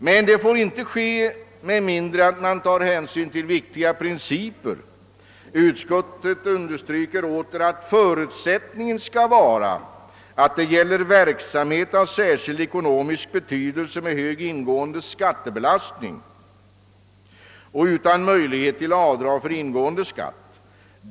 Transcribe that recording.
Men detta får inte ske med mindre än att man tar hänsyn till viktiga principer. Utskottet understryker åter att förutsättningen skall vara att det gäller verksamhet av särskild ekonomisk betydelse med hög ingående skattebelastning och utan möjlighet till avdrag för ingående skatt.